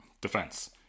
defense